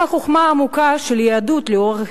גם החוכמה העמוקה של היהדות לאורך